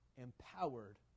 empowered